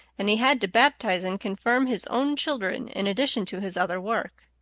and he had to baptize and confirm his own children in addition to his other work.